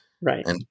right